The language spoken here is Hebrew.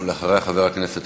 אחריה, חבר הכנסת